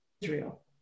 Israel